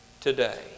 today